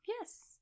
Yes